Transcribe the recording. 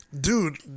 Dude